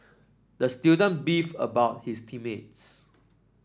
the student beefed about his team mates